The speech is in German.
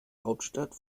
hauptstadt